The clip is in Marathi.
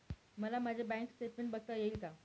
मला माझे बँक स्टेटमेन्ट बघता येईल का?